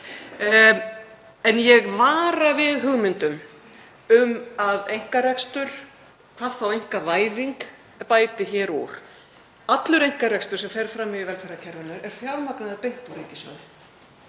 En ég vara við hugmyndum um að einkarekstur, hvað þá einkavæðing, bæti hér úr. Allur einkarekstur sem fer fram í velferðarkerfinu er fjármagnaður beint úr ríkissjóði.